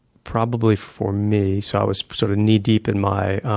probably for me so i was sort of knee-deep in my